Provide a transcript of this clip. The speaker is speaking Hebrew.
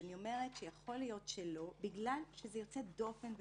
אבל יכול להיות שלא מכיוון שזה יוצא דופן ומורכב.